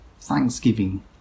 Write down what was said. thanksgiving